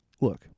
Look